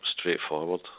straightforward